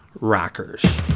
Rockers